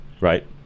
Right